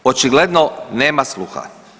Očigledno nema sluha.